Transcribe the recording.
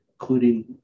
including